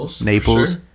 Naples